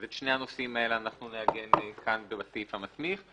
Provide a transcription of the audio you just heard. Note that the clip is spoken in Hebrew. ואת שני הנושאים נעגן כאן ובסעיף המסמיך.